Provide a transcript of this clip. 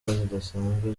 zidasanzwe